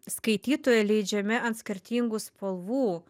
skaitytoją leidžiami ant skirtingų spalvų